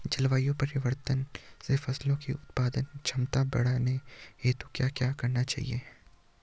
जलवायु परिवर्तन से फसलों की उत्पादन क्षमता बढ़ाने हेतु क्या क्या करना चाहिए?